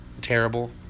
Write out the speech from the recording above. terrible